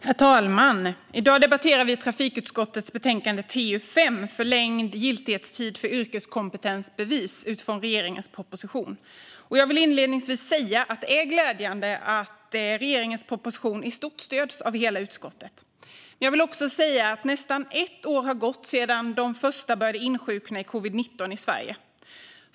Herr talman! I dag debatterar vi trafikutskottets betänkande TU5 Förlängd giltighetstid för yrkeskompetensbevis , med anledning av regeringens proposition. Jag vill inledningsvis säga att det är glädjande att regeringens proposition i stort stöds av hela utskottet. Nästan ett år har gått sedan de första började insjukna i covid-19 i Sverige.